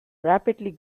rapidly